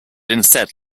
instead